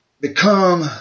Become